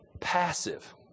passive